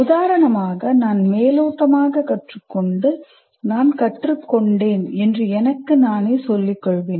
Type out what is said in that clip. உதாரணமாக நான் மேலோட்டமாகக் கற்றுக்கொண்டு நான் கற்றுக்கொண்டேன் என்று எனக்கு நானே சொல்லிக் கொள்வேன்